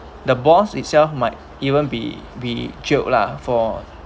the boss itself might even be be joke lah for